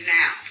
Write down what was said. now